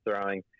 throwing